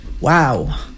Wow